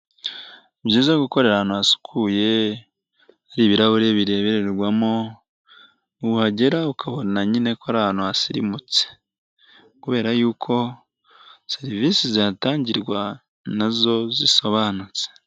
Ni byiza gukorera ahantu hasukuye hari ibirahuri birebererwamo wahagera ukabona nyine ko ari ahantu hasirimutse kubera yuko serivisi zahatangirwa nazo zisobanutse.